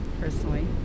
personally